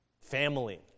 Family